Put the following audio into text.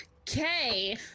Okay